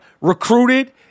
recruited